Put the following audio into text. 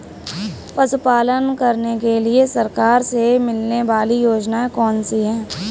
पशु पालन करने के लिए सरकार से मिलने वाली योजनाएँ कौन कौन सी हैं?